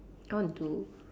I want to do